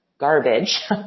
garbage